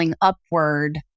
upward